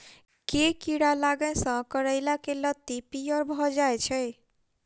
केँ कीड़ा लागै सऽ करैला केँ लत्ती पीयर भऽ जाय छै?